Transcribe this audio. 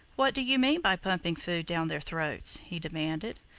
what do you mean by pumping food down their throats? he demanded.